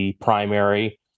primary